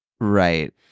right